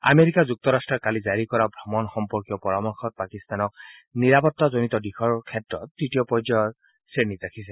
America যুক্তৰাট্টই কালি জাৰি কৰা ভ্ৰমণ সম্পৰ্কীয় পৰামৰ্শত পাকিস্তানক নিৰাপত্তাজনিত দিশৰ ক্ষেত্ৰত তৃতীয় পৰ্যায়ৰ শ্ৰেণীত ৰাখিছে